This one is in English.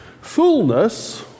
fullness